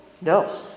No